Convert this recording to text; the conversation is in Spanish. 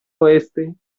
oeste